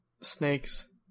Snakes